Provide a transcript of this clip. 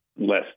less